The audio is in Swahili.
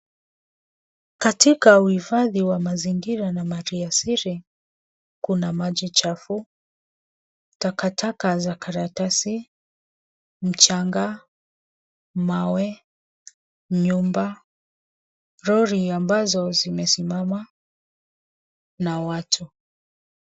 Katika uhifadhi wa mazingira na mali asili, kuna maji chafu, takataka za karatasi, mchanga, mawe, nyumba, lori ambazo zimesimama, na watu.